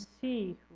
see